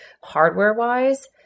hardware-wise